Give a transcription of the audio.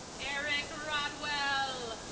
eric rodwell.